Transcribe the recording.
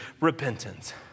repentance